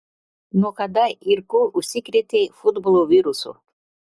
nuo kada ir kur užsikrėtei futbolo virusu